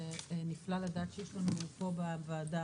זה נפלא לדעת שיש לנו פה בוועדה